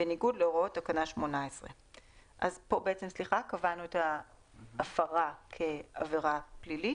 בניגוד להוראות תקנה 18. פה קבענו את ההפרה כעברה פלילית.